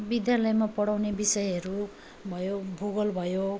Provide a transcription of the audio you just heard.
विद्यालयमा पढाउने विषयहरू भयो भूगोल भयो